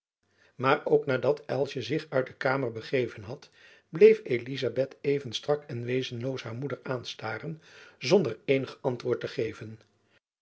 maar ook na dat elsjen zich uit de kamer begeven had bleef elizabeth even strak en wezenloos haar moeder aanstaren zonder eenig antwoord te geven